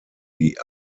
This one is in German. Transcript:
die